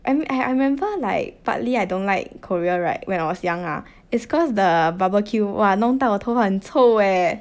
I mean I I remember like partly I don't like Korea right when I was young ah is cause the barbecue !wah! 弄到我头发很臭 eh